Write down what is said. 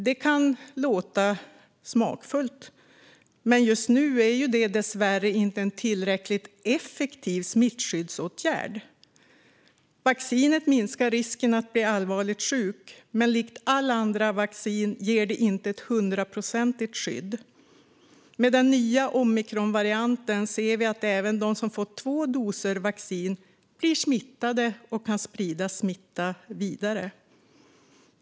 Detta kan låta smakfullt, men just nu är det dessvärre inte en tillräckligt effektiv smittskyddsåtgärd. Vaccinet minskar risken för att bli allvarligt sjuk, men likt alla andra vacciner ger det inte ett hundraprocentigt skydd. Med den nya omikronvarianten ser vi att även de som har fått två doser vaccin blir smittade och kan sprida smitta vidare.